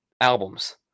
albums